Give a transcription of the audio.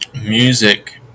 music